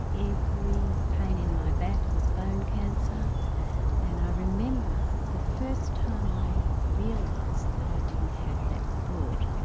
every pain in my back was bone cancer and i remember the first time i realised that i didn't have that thought,